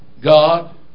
God